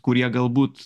kurie galbūt